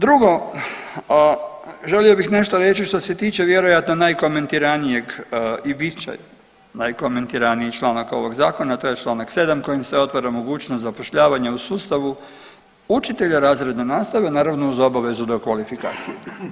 Drugo, želio bih nešto reći što se tiče vjerojatno najkomentiranijeg i bit će najkomentiraniji članak ovog zakona, a to je čl. 7. kojim se otvara mogućnost zapošljavanja u sustavu učitelja razredne nastave naravno uz obavezu dokvalifikacije.